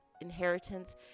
inheritance